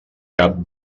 cap